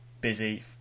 busy